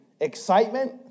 Excitement